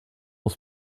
will